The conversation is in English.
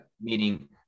Meaning